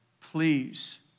please